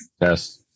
yes